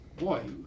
Boy